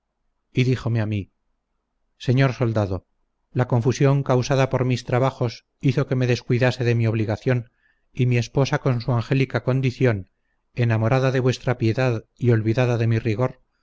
díjome a mí señor soldado la confusión causada por mis trabajos hizo que me descuidase de mi obligación y mi esposa con su angélica condición enamorada de vuestra piedad y olvidada de mi rigor